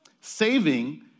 Saving